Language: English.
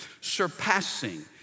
surpassing